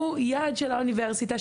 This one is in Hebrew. הוא יעד של האוניברסיטה.